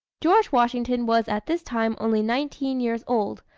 george washington was at this time only nineteen years old,